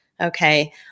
Okay